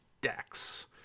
decks